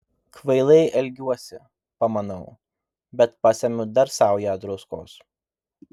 kvailai elgiuosi pamanau bet pasemiu dar saują druskos